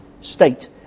state